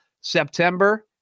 September